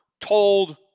told